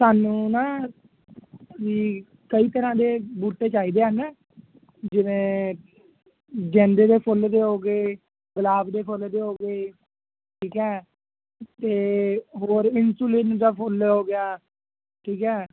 ਸਾਨੂੰ ਨਾ ਵੀ ਕਈ ਤਰ੍ਹਾਂ ਦੇ ਬੂਟੇ ਚਾਹੀਦੇ ਹਨ ਜਿਵੇਂ ਗੇਂਦੇ ਦੇ ਫੁੱਲ ਦੇ ਹੋ ਗਏ ਗੁਲਾਬ ਦੇ ਫੁੱਲ ਦੇ ਹੋ ਗਏ ਠੀਕ ਹੈ ਅਤੇ ਹੋਰ ਇੰਸੂਲਿਨ ਦਾ ਫੁੱਲ ਹੋ ਗਿਆ ਠੀਕ ਹੈ